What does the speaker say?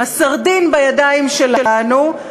הסרדין בידיים שלנו,